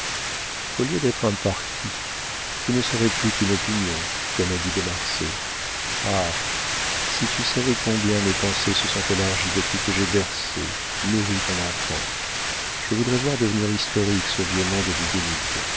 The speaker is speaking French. au lieu d'être un parti vous ne serez plus qu'une opinion comme a dit de marsay ah si tu savais combien mes pensées se sont élargies depuis que j'ai bercé nourri ton enfant je voudrais voir devenir historique ce vieux nom de